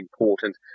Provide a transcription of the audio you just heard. important